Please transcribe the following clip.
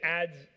adds